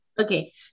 Okay